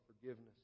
forgiveness